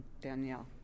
Danielle